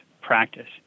practice